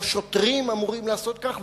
או שוטרים אמורים לעשות כך,